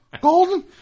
Golden